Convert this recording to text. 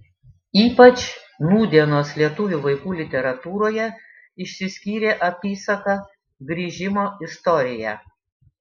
ypač nūdienos lietuvių vaikų literatūroje išsiskyrė apysaka grįžimo istorija